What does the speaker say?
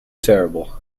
terrible